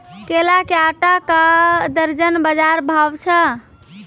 केला के आटा का दर्जन बाजार भाव छ?